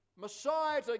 Messiah